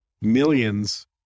millions